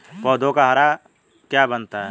पौधों को हरा क्या बनाता है?